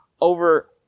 over